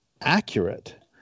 accurate